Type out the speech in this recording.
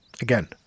Again